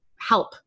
help